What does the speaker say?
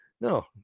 No